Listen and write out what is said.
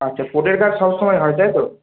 আচ্ছা পোর্টের কাজ সবসময় হয় তাই তো